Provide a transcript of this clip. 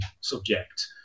subject